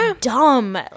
dumb